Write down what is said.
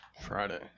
Friday